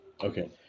Okay